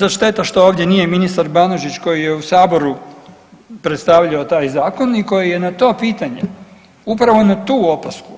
Baš šteta što ovdje nije ministar Banožić koji je u saboru predstavljao taj zakon i koji je na ta pitanja upravo na tu opasku